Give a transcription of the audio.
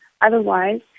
Otherwise